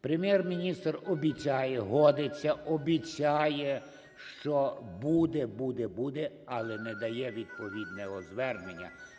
Прем’єр-міністр обіцяє, годиться, обіцяє, що буде, буде, буде, але не дає відповідного звернення